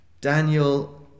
Daniel